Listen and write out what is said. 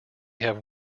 have